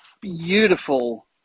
beautiful